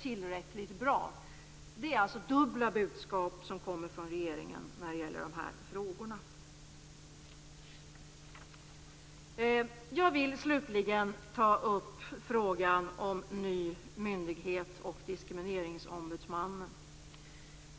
tillräckligt bra. Det kommer alltså dubbla budskap från regeringen i de här frågorna. Jag vill slutligen ta upp frågan om ny myndighet och Diskrimineringsombudsmannen.